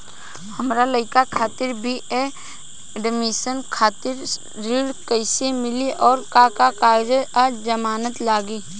हमार लइका खातिर बी.ए एडमिशन खातिर ऋण कइसे मिली और का का कागज आ जमानत लागी?